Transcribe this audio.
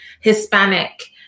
Hispanic